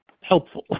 helpful